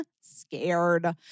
scared